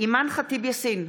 אימאן ח'טיב יאסין,